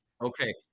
Okay